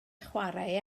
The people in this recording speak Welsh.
chwarae